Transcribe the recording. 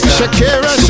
Shakira